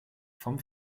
vom